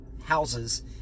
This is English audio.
houses